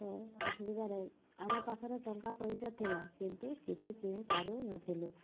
ତ ଅସୁବିଧାରେ ଆମ ପାଖରେ ଟଙ୍କା ପଇସା ଥିଲା କିନ୍ତୁ କିଛି କିଣିପାରୁ ନଥିଲୁ